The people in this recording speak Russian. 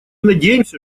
надеемся